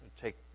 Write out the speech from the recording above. take